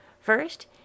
First